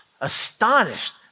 astonished